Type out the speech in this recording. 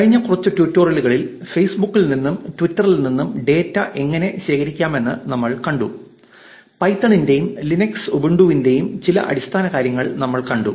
കഴിഞ്ഞ കുറച്ച് ട്യൂട്ടോറിയലുകളിൽ ഫേസ്ബുക്കിൽ നിന്നും ട്വിറ്ററിൽ നിന്നും ഡാറ്റ എങ്ങനെ ശേഖരിക്കാമെന്ന് നമ്മൾ കണ്ടു പൈത്തണിന്റെയും ലിനക്സ് ഉബുണ്ടുവിന്റെയും ചില അടിസ്ഥാനകാര്യങ്ങൾ നമ്മൾ കണ്ടു